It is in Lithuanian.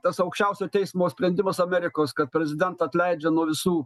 tas aukščiausio teismo sprendimas amerikos kad prezidento atleidžia nuo visų